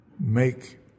make